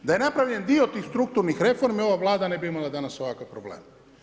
Da je napravljen dio tih strukturnih reformi, ova vlada, ne bi imala danas ovakav problem.